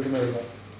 ya